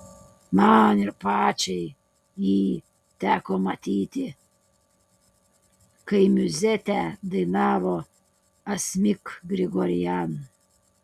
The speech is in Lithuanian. man ir pačiai jį teko matyti kai miuzetę dainavo asmik grigorian